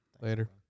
Later